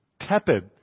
tepid